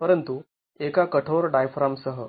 परंतु एका कठोर डायफ्राम सह